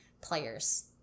players